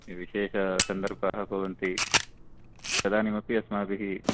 विशेषसन्दर्भाः भवन्ति तदानीमपि अस्माभिः